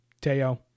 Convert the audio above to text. Teo